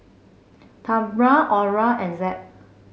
Tamra Orah and Zed